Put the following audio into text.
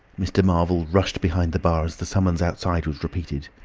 mr. marvel rushed behind the bar as the summons outside was repeated.